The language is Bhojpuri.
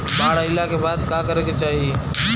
बाढ़ आइला के बाद का करे के चाही?